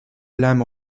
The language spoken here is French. l’âme